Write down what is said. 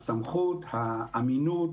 הסמכות, האמינות